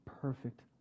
perfect